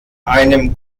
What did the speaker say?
einem